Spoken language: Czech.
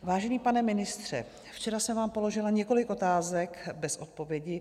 Vážený pane ministře, včera jsem vám položila několik otázek bez odpovědi.